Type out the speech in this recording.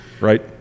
right